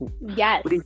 Yes